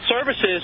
Services